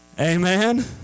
Amen